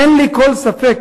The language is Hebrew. אין לי כל ספק